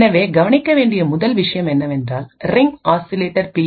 எனவே கவனிக்க வேண்டிய முதல் விஷயம் என்னவென்றால் ரிங் ஆசிலேட்டர் பி